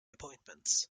appointments